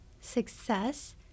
success